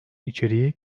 içeriği